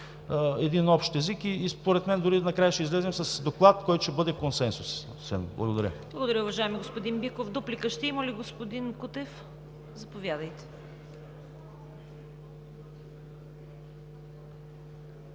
един общ език и според мен дори накрая ще излезем с доклад, който ще бъде консенсусен. Благодаря. ПРЕДСЕДАТЕЛ ЦВЕТА КАРАЯНЧЕВА: Благодаря, уважаеми господин Биков. Дуплика ще има ли, господин Кутев? Заповядайте.